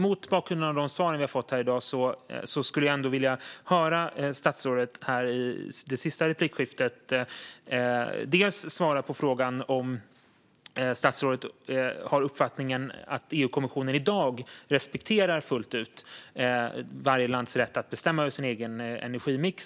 Mot bakgrund av de svar jag har fått här i dag skulle jag ändå vilja höra statsrådet i det sista anförandet svara på frågan om han har uppfattningen att EU-kommissionen i dag fullt ut respekterar varje lands rätt att bestämma över sin egen energimix.